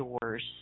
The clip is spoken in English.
doors